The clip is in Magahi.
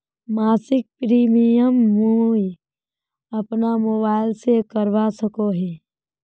मासिक प्रीमियम मुई अपना मोबाईल से करवा सकोहो ही?